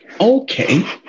Okay